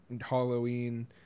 Halloween